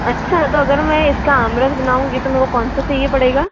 अच्छा तो अगर मैं इसका आम रस बनाऊँगी तो मेरे कौन सा सही पड़ेगा